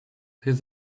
his